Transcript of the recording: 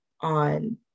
on